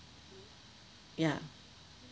ya